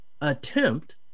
attempt